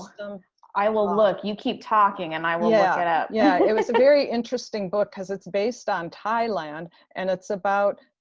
um i will look, you keep talking and i will look yeah it up. yeah it was a very interesting book because it's based on thailand and it's about,